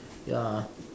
ya